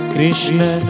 Krishna